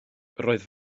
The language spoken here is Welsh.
roedd